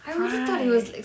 right